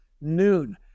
noon